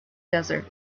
desert